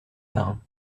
marins